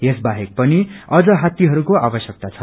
यस बाहेक पनि अझ हात्तीहरूको आवश्यकता छ